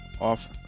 off